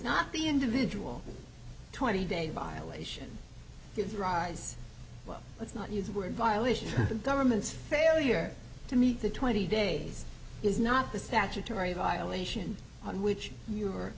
not the individual twenty days violation gives rides well let's not use were violations of the government's failure to meet the twenty days is not the statutory violation on which you